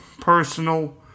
personal